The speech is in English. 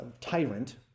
tyrant